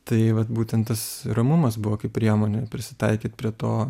tai vat būtent tas ramumas buvo kaip priemonė prisitaikyt prie to